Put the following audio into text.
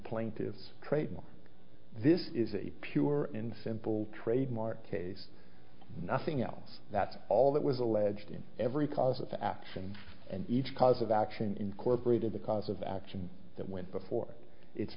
plaintiffs trademark this is a pure and simple trademark case nothing else that's all that was alleged in every cause of action and each cause of action incorporated the cause of action that went before it's